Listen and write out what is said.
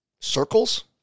Circles